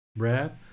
breath